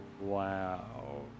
Wow